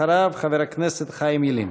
אחריו חבר הכנסת חיים ילין.